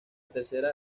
tercera